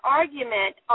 argument